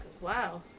wow